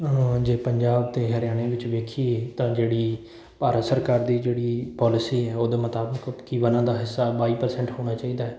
ਜੇ ਪੰਜਾਬ ਅਤੇ ਹਰਿਆਣੇ ਵਿੱਚ ਵੇਖੀਏ ਤਾਂ ਜਿਹੜੀ ਭਾਰਤ ਸਰਕਾਰ ਦੀ ਜਿਹੜੀ ਪੋਲਿਸੀ ਹੈ ਉਹਦੇ ਮੁਤਾਬਿਕ ਕਿ ਵਣਾਂ ਦਾ ਹਿੱਸਾ ਬਾਈ ਪਰਸੈਂਟ ਹੋਣਾ ਚਾਹੀਦਾ